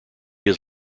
his